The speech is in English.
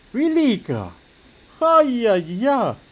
really ah !haiya!